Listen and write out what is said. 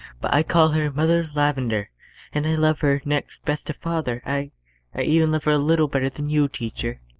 but i call her mother lavendar and i love her next best to father. i i even love her a little better than you, teacher.